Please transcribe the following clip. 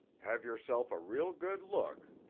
have yourself a real good look.